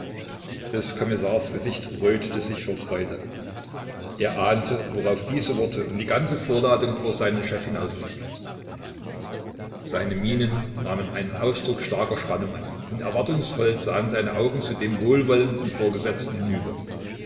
des kommissars gesicht rötete sich vor freude er ahnte worauf diese worte und diese ganze vorladung vor seinen chef hinausliefen seine mienen nahmen einen ausdruck starker spannung an und erwartungsvoll sahen seine augen zu dem wohlwollenden vorgesetzten hinüber